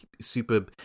super